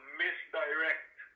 misdirect